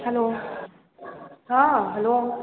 hello हँ hello